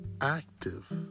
active